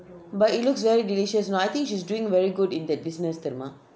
but it looks very delicious you know I think she's doing very good in the business தெரியுமா:theriyuma